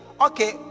Okay